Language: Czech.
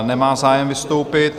Nemá zájem vystoupit.